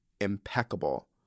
impeccable